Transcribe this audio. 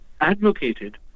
advocated